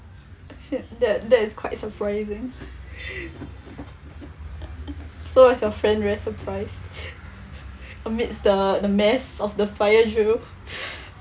okay that that is quite surprising so was your friend very surprised amidst the mess of the fire drill